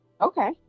Okay